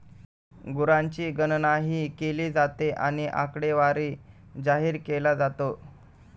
गुरांची गणनाही केली जाते आणि आकडेवारी जाहीर केला जातो